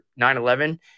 9-11